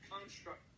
construct